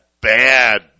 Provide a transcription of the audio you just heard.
bad